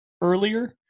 earlier